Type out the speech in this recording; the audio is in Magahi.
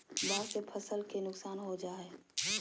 बाढ़ से फसल के नुकसान हो जा हइ